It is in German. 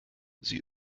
sie